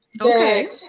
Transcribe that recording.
okay